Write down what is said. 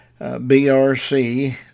BRC